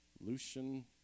Lucian